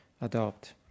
adopt